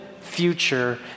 future